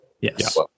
Yes